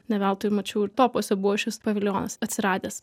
ne veltui mačiau ir topuose buvo šis paviljonas atsiradęs